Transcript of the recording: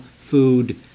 food